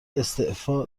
استعفا